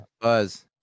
Buzz